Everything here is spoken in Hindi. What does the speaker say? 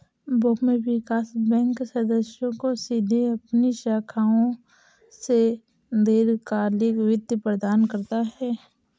भूमि विकास बैंक सदस्यों को सीधे अपनी शाखाओं से दीर्घकालिक वित्त प्रदान करता है